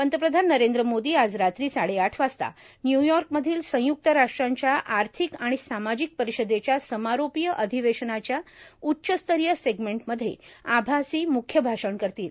पंतप्रधान नरेंद्र मोदी आज रात्री साडेआठ वाजता न्यूयॉर्कमधील संयुक्त राष्ट्रांच्या आर्थिक आणि सामाजिक परिषदेच्या समारोपीय अधिवेशनाच्या उच्च स्तरीय सेगमेंटमध्ये आभासी मुख्य भाषण करतील